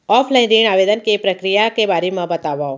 Offline ऋण आवेदन के प्रक्रिया के बारे म बतावव?